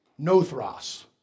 Nothros